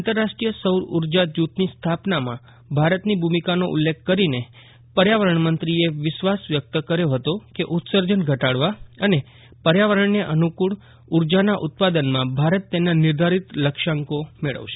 આંતરરાષ્ટ્રીય સૌરઉર્જા જૂથની સ્થાપનામાં ભારતની ભૂમિકાનો ઉલ્લેખ કરીને પર્યાવરણ મંત્રીએ વિશ્વાસ વ્યક્ત કર્યો હતો કે ઉત્સર્જન ઘટાડવા અને પર્યાવરણને અનુકૂળ ઉર્જાના ઉત્પાદનમાં ભારત તેના નિર્ધારિત લક્ષ્યાંકો મેળવશે